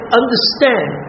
understand